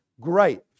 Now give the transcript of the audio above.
Great